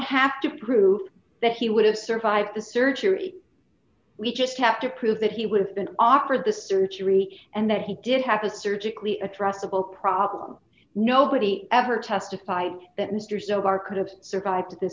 have to prove that he would have survived the surgery we just have to prove that he would have been offered the surgery and that he did have a surgically addressable problem nobody ever testified that mr zawar could have survived the